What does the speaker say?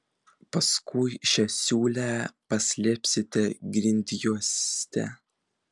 paskui šią siūlę paslėpsite grindjuoste